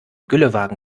güllewagen